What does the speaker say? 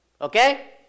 okay